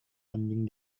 anjing